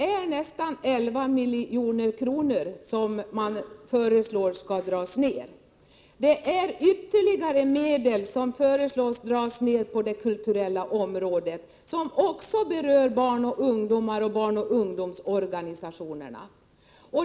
Man föreslår att neddragningar skall göras med nästan 11 milj.kr. Det är fråga om ytterligare neddragningar av medel på det kulturella området, vilka också berör barn och ungdomar samt barnoch ungdomsorganisationerna.